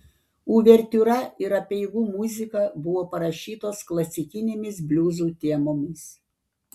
uvertiūra ir apeigų muzika buvo parašytos klasikinėmis bliuzų temomis